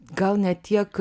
gal ne tiek